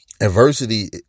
adversity